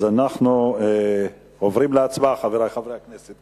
אנחנו עוברים להצבעה, חברי חברי הכנסת.